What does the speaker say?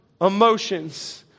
emotions